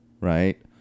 right